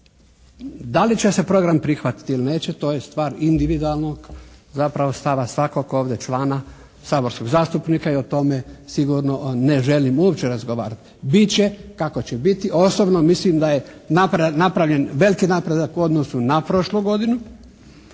Da li će se program prihvatiti ili neće to je stvar individualnog zapravo stava svakog ovdje člana, saborskog zastupnika i o tome sigurno ne želim uopće razgovarati. Bit će kako će biti. Osobno mislim da je napravljen veliki napredak u odnosu na prošlu godinu.